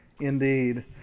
Indeed